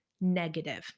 negative